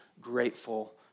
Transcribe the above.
grateful